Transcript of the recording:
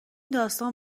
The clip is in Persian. داستان